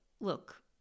look